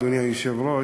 אדוני היושב-ראש,